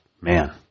man